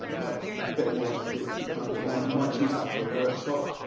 um like, a bit more like glitzy kind of event. you might choose that for a workshop.